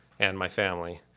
and my family.